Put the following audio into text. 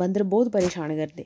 बंदर बोह्त परेशान करदे